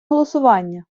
голосування